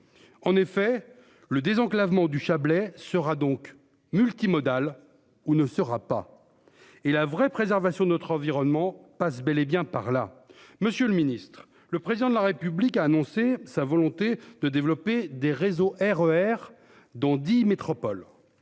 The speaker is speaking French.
En effet le désenclavement du Chablais sera donc multimodal ou ne sera pas. Et la vraie préservation de notre environnement passe bel et bien par là. Monsieur le Ministre, le président de la République a annoncé sa volonté de développer des réseaux RER dans 10 métropoles